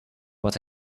what